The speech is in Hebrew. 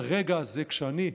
הרגע הזה שאני,